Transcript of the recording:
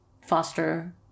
foster